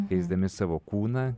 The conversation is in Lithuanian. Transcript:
keisdami savo kūną